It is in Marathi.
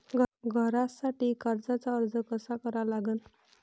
घरासाठी कर्जाचा अर्ज कसा करा लागन?